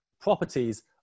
properties